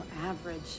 average